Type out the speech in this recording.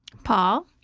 paul?